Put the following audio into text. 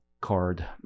card